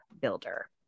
builder